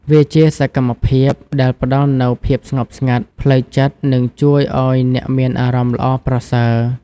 វាជាសកម្មភាពដែលផ្តល់នូវភាពស្ងប់ស្ងាត់ផ្លូវចិត្តនិងជួយឱ្យអ្នកមានអារម្មណ៍ល្អប្រសើរ។